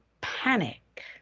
panic